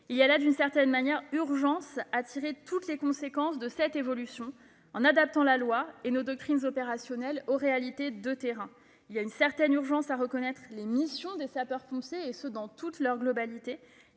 souligner. D'une certaine manière, il est urgent de tirer toutes les conséquences de cette évolution en adaptant la loi et nos doctrines opérationnelles aux réalités de terrain. Il y a une certaine urgence à reconnaître les missions des sapeurs-pompiers dans leur globalité,